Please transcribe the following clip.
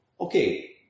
Okay